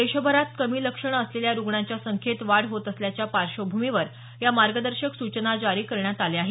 देशभरात कमी लक्षण असलेल्या रुग्णांच्या संख्येत वाढ होत असल्याच्या पार्श्वभूमीवर या मार्गदर्शक सूचना जारी करण्यात आल्या आहेत